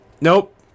Nope